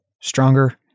stronger